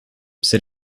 c’est